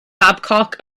babcock